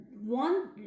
one